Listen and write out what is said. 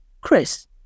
Chris